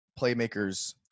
playmakers